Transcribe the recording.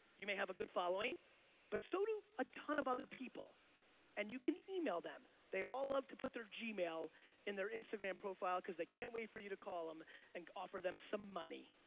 you may have a good following but so do a ton of other people and you can email them. they all love to put their gmail in their instagram profile because they can't wait for you to call them and offer them some money.